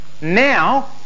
now